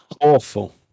Awful